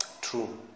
True